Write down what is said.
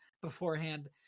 beforehand